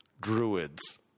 druids